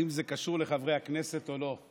אם זה קשור לחברי הכנסת או לא,